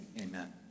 amen